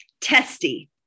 testy